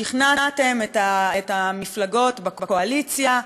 שכנעתם את המפלגות בקואליציה,